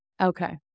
Okay